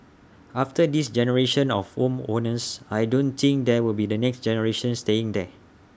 after this generation of home owners I don't think there will be the next generation staying there